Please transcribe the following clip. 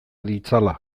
ditzala